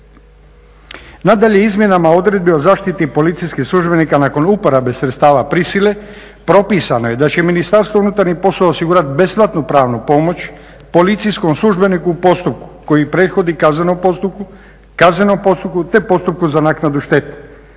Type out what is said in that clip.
Nadalje, izmjenama odredbi o zaštiti policijskih službenika nakon uporabe sredstava prisile propisano je da će Ministarstvo unutarnjih poslova osigurati besplatnu pravnu pomoć policijskom službeniku u postupku koji prethodi kaznenom postupku, kaznenom postupku, te postupku za naknadu štete